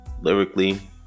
lyrically